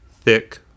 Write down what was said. thick